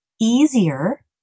easier